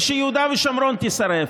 ושיהודה ושומרון תישרף,